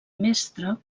mestre